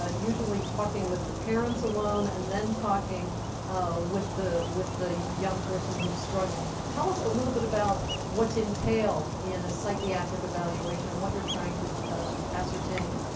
ah usually talking with the parents alone and then talking with the with the young person who is struggling. tell us a little bit about what's entailed in a psychiatric evaluation and what you're trying to ascertain.